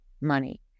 money